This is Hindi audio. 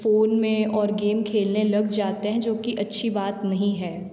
फ़ोन में और गेम खेलने लग जाते हैं जो कि अच्छी बात नहीं है